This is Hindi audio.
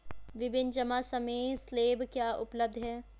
विभिन्न जमा समय स्लैब क्या उपलब्ध हैं?